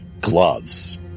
gloves